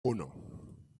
uno